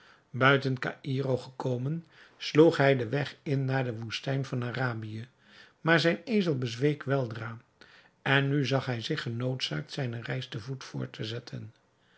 caïro gekomen sloeg hij den weg in naar de woestijn van arabië maar zijn ezel bezweek weldra en nu zag hij zich genoodzaakt zijne reis te voet voort te zetten